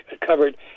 covered